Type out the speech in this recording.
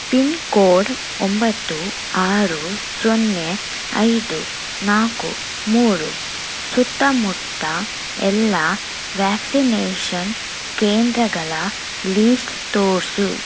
pin code ಒಂಬತ್ತು ಆರು ಸೊನ್ನೆ ಐದು ನಾಲ್ಕು ಮೂರು ಸುತ್ತಮುತ್ತ ಎಲ್ಲ ವ್ಯಾಕ್ಸಿನೇಷನ್ ಕೇಂದ್ರಗಳ ಲೀಸ್ಟ್ ತೋರಿಸು